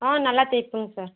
ஆ நல்லா தைப்பேங்க சார்